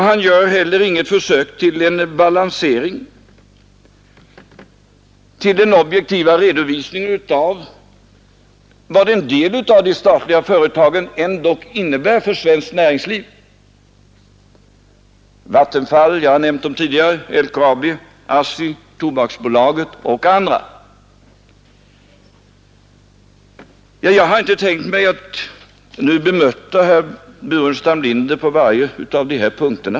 Han gör heller inget försök till balansering och objektiv redovisning av vad de statliga företagen — Vattenfall, LKAB, ASSI, Tobaksbolaget och andra, som jag tidigare har nämnt — ändock betyder för svenskt näringsliv. Jag tänker inte bemöta herr Burenstam Linder på var och en av dessa punkter.